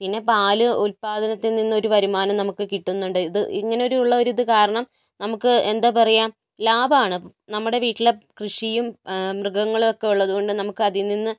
പിന്നെ പാൽ ഉൽപ്പാദനത്തിൽ നിന്നൊരു വരുമാനം നമുക്ക് കിട്ടുന്നുണ്ട് ഇത് ഇങ്ങനൊരു ഉള്ളൊരിത് കാരണം നമുക്ക് എന്താ പറയുക ലാഭമാണ് നമ്മുടെ വീട്ടിലെ കൃഷിയും മൃഗങ്ങളും ഒക്കെ ഉള്ളതുകൊണ്ട് നമുക്ക് അതിൽ നിന്ന്